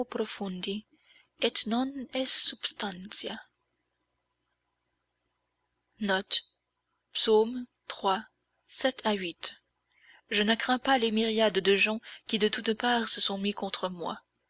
je ne crains pas les myriades de gens qui de toutes parts se sont mis contre moi